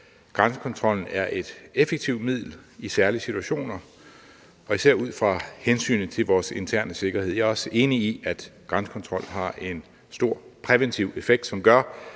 grænsekontrollen er et effektivt middel i særlige situationer og er det især ud fra hensynet til vores interne sikkerhed. Jeg er også enig i, at grænsekontrol har en stor præventiv effekt, som gør,